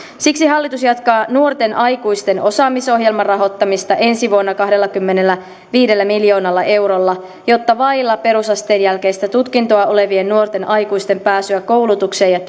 siksi hallitus jatkaa nuorten aikuisten osaamisohjelman rahoittamista ensi vuonna kahdellakymmenelläviidellä miljoonalla eurolla jotta vailla perusasteen jälkeistä tutkintoa olevien nuorten aikuisten pääsyä koulutukseen ja